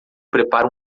prepara